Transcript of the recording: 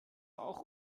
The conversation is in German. auch